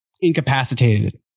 incapacitated